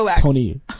Tony